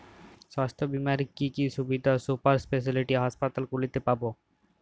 স্বাস্থ্য বীমার কি কি সুবিধে সুপার স্পেশালিটি হাসপাতালগুলিতে পাব?